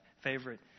favorite